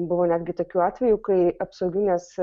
buvo netgi tokių atvejų kai apsauginės